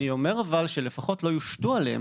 אבל אני אומר שלפחות לא יושתו עליהם,